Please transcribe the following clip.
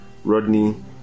Rodney